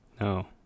no